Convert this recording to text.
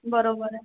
बरोबर आहे